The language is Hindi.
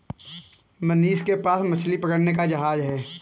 मनीष के पास मछली पकड़ने का जहाज है